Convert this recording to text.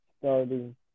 starting